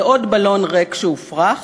ועוד בלון ריק שהופרח: